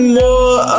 more